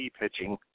pitching